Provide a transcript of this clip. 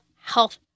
health